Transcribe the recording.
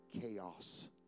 chaos